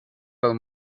las